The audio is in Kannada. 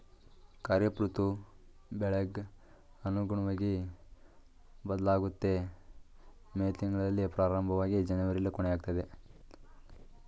ಖಾರಿಫ್ ಋತು ಬೆಳೆಗ್ ಅನುಗುಣ್ವಗಿ ಬದ್ಲಾಗುತ್ತೆ ಮೇ ತಿಂಗ್ಳಲ್ಲಿ ಪ್ರಾರಂಭವಾಗಿ ಜನವರಿಲಿ ಕೊನೆಯಾಗ್ತದೆ